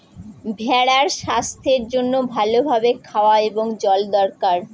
ভেড়ার স্বাস্থ্যের জন্য ভালো ভাবে খাওয়ার এবং জল দরকার